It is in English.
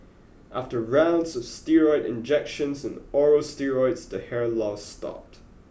after rounds of steroid injections and oral steroids the hair loss stopped